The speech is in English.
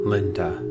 Linda